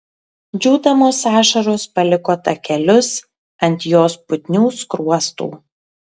džiūdamos ašaros paliko takelius ant jos putnių skruostų